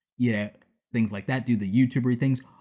yeah things like that. do the youtubery things.